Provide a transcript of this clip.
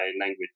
language